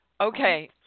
Okay